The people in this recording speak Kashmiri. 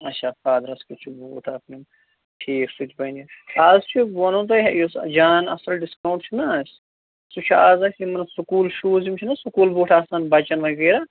اَچھا فادرَس کیُتھ چھُ بوٗٹھ اَکھ نِیُن ٹھیٖک سُہ تہِ بَنہِ اَز چھُو بہٕ وَنہو تۄہہِ یُس جان اَصٕل ڈِسکاوُنٛٹ چھُنا اَسہِ سُہ چھُ اَز اَسہِ یِمَن سکوٗل شوٗز یِم چھِنا سکوٗل بوٗٹھ آسان بَچَن وغیرہ